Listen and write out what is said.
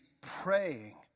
praying